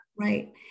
Right